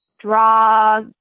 Draw